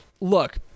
Look